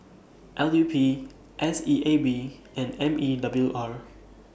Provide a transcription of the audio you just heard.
L U P S E A B and M E W R